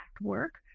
work